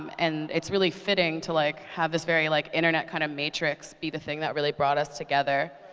and it's really fitting to like have this very like internet kind of matrix be the thing that really brought us together.